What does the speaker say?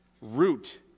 root